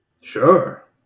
Sure